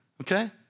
okay